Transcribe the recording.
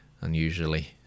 Unusually